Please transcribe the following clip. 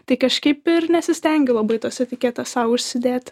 tai kažkaip ir nesistengiu labai tos etiketės sau užsidėti